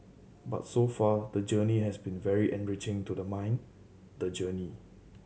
but so far the journey has been very enriching to the mind the journey